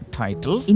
title